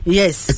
yes